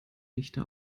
nichte